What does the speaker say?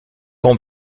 quand